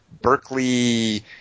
Berkeley